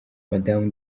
madamu